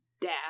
dash